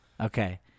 Okay